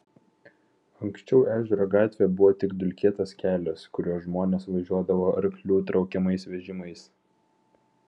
anksčiau ežero gatvė buvo tik dulkėtas kelias kuriuo žmonės važiuodavo arklių traukiamais vežimais